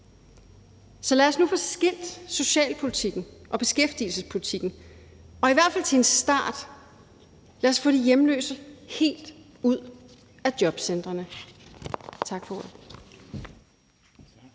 Så lad os nu få skilt socialpolitikken og beskæftigelsespolitikken og i hvert fald til en start få de hjemløse helt ud af jobcentrene. Tak for ordet.